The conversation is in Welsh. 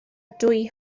dwy